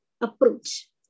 approach